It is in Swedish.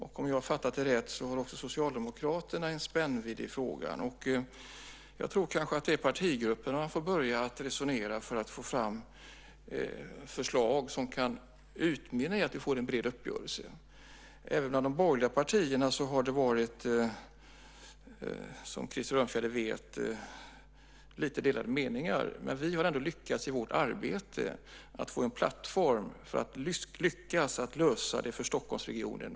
Om jag har fattat det rätt har också Socialdemokraterna en spännvidd i frågan. Jag tror kanske att det är i partigrupperna man får börja resonera för att få fram förslag som kan utmynna i att vi får en bred uppgörelse. Även bland de borgerliga partierna har det, som Krister Örnfjäder vet, varit lite delade meningar. Men vi har ändå lyckats i vårt arbete att få en plattform för att lösa problemet med flyget för Stockholmsregionen.